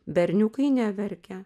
berniukai neverkia